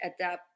adapt